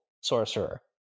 Sorcerer